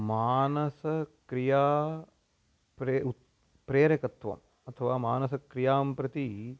मानसक्रिया प्रे उत् प्रेरकत्वम् अथवा मानसक्रियां प्रति